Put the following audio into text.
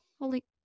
holy